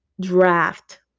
draft